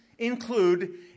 Include